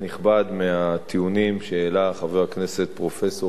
מהטיעונים שהעלה חבר הכנסת פרופסור אלדד.